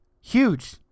Huge